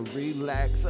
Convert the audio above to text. relax